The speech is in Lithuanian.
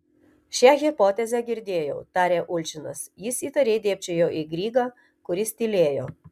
šią hipotezę girdėjau tarė ulčinas jis įtariai dėbčiojo į grygą kuris tylėjo